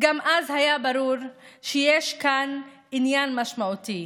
גם אז היה ברור שיש כאן עניין משמעותי: